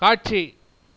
காட்சி